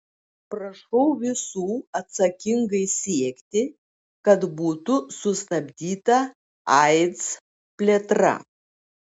prašau visų atsakingai siekti kad būtų sustabdyta aids plėtra